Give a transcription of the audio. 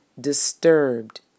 disturbed